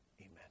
Amen